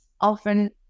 Often